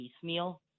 piecemeal